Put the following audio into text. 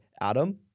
Adam